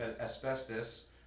asbestos